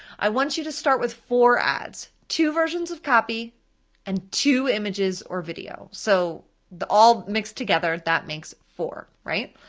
i want you to start with four ads, two versions of copy and two images or video. so all mixed together, that makes four, right?